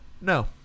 No